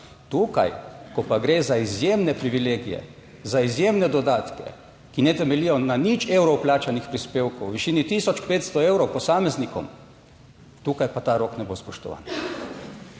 Tukaj, ko pa gre za izjemne privilegije, za izjemne dodatke, ki ne temeljijo na 0 evrov plačanih prispevkov, v višini 1500 evrov posameznikom, tukaj pa ta rok ne bo spoštovan.